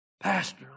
Pastor